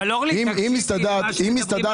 אורלי, תקשיבי למה שמדברים.